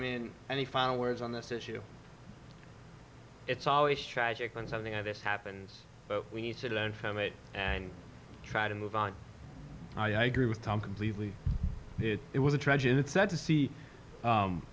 in any final words on this issue it's always tragic when something of this happens but we need to learn from it and try to move on i agree with tom completely it was a tragedy it's sad to see